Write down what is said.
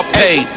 pay